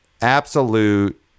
absolute